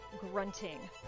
grunting